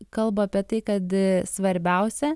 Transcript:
kalba apie tai kad svarbiausia